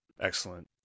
Excellent